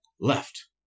left